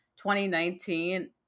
2019